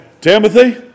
Timothy